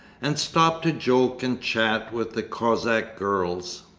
and stopped to joke and chat with the cossack girls.